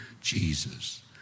Jesus